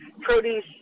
produce